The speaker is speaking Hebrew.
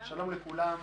שלום לכולם.